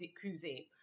cuisine